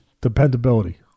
dependability